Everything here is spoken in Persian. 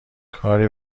کاری